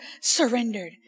surrendered